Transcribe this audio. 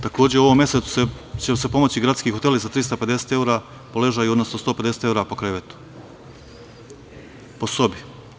Takođe, u ovom mesecu će se pomoći gradski hoteli sa 350 evra po ležaju, odnosno 150 evra po krevetu, po sobi.